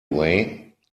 way